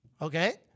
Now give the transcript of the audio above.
Okay